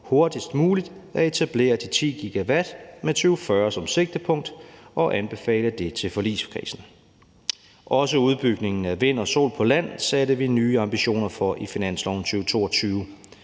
hurtigst muligt at etablere de 10 GW med 2040 som sigtepunkt og at anbefale det til forligskredsen. Også udbygningen af vind- og solenergi på land satte vi nye ambitioner om i finansloven 2022.